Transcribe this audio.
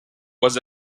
was